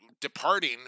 departing